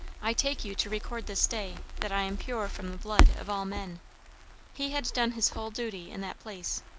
i take you to record this day, that i am pure from the blood of all men he had done his whole duty in that place!